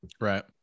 Right